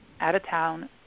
out-of-town